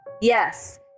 yes